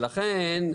לכן,